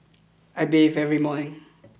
I bathe every morning